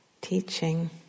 teaching